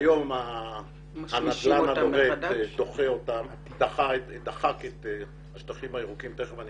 היום הנדל"ן דחק את השטחים הירוקים תכף אני